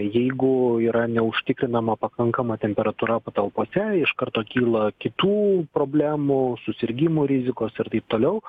jeigu yra neužtikrinama pakankama temperatūra patalpose iš karto kyla kitų problemų susirgimų rizikos ir taip toliau